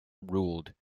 ruled